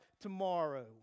tomorrow